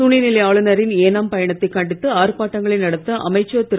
துணைநிலை ஆளுநரின் ஏனாம் பயணத்தை கண்டித்து ஆர்ப்பாட்டங்களை நடத்த அமைச்சர் திரு